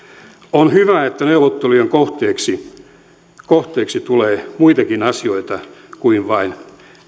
on hyvä että neuvottelujen kohteeksi kohteeksi tulee muitakin asioita kuin vain